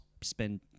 spend